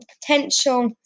potential